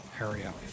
area